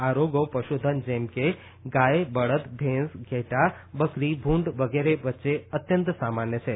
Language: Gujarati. આ રોગો પશુધન જેમ કે ગાય બળદ ભેંસ ઘેંટા બકરી ભુંડ વગેરે વચ્યે અત્યંત સામાન્ય છે